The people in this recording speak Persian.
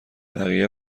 بقیه